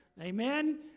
Amen